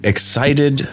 excited